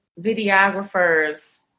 videographers